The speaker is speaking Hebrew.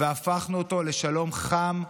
והפכנו אותו לשלום חם,